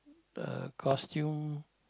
the costume